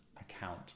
account